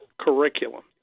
curriculum